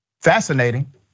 Fascinating